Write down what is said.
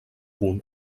punt